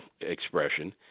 expression